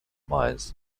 myers